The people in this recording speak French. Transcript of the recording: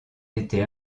été